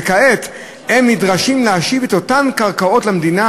וכעת הם נדרשים להשיב את אותן קרקעות למדינה,